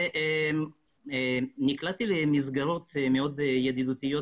ונקלעתי למסגרות מאוד ידידותיות